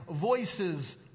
voices